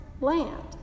land